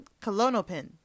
Colonopin